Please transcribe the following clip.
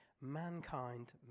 mankind